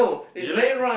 you like